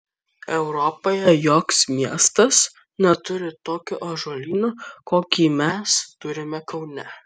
europoje joks miestas neturi tokio ąžuolyno kokį mes turime kaune